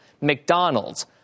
McDonald's